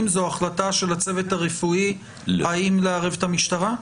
זו החלטה של הצוות הרפואי האם לערב את המשטרה?